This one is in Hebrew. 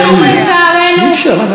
לחוקק חוקה,